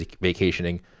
vacationing